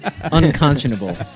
Unconscionable